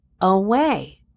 away